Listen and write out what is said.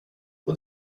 och